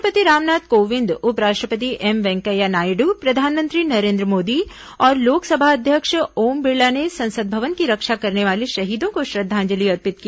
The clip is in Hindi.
राष्ट्रपति रामनाथ कोविंद उपराष्ट्रपति एम वेंकैया नायडू प्रधानमंत्री नरेन्द्र मोदी और लोकसभा अध्यक्ष ओम बिड़ला ने संसद भवन की रक्षा करने वाले शहीदों को श्रद्वांजलि अर्पित की